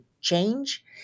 change